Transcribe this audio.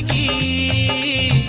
e